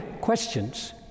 questions